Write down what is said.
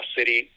City